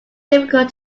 difficult